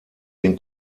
den